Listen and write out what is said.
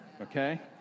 Okay